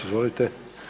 Izvolite.